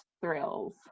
thrills